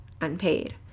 unpaid